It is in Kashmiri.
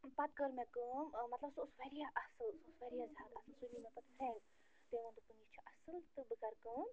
پتہٕ کٔر مےٚ کٲم مطلب سُہ اوس وارِیاہ اصٕل سُہ اوس وارِیاہ زیادٕ اصٕل سُہ نیوٗ مےٚ پتہٕ فرٛٮ۪نڈ تٔمۍ ووٚن دوٚپُن یہِ چھُ اصٕل تہٕ بہٕ کرٕ کٲم